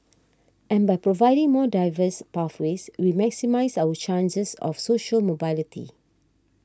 and by providing more diverse pathways we maximise our chances of social mobility